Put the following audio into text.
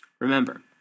Remember